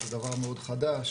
וזה דבר מאוד חדש,